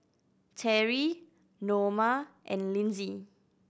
Terry Noma and Lindsey